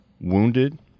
wounded